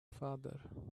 father